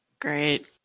Great